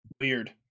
Weird